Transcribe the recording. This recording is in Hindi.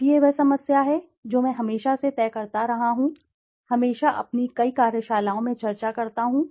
अब यह वह समस्या है जो मैं हमेशा से तय करता रहा हूं हमेशा अपनी कई कार्यशालाओं में चर्चा करता हूं